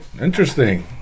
Interesting